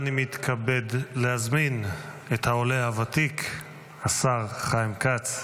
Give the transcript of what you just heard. אני מתכבד להזמין את העולה הוותיק, השר חיים כץ,